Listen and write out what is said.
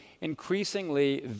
increasingly